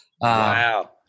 Wow